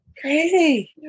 crazy